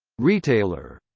retailer